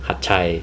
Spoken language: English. hat yai